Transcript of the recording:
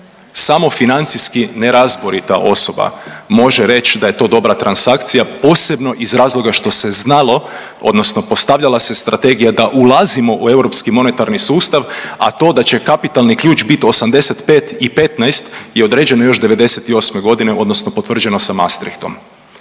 Samo financijski nerazborita osoba može reći da je to dobra transakcija posebno iz razloga što se znalo odnosno postavljala se strategija da ulazimo u europski monetarni sustav, a to da će kapitalni ključ biti 85 i 15 i određeno još '98. godine, odnosno potvrđeno sa Mastrichtom.